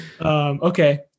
Okay